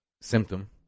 symptom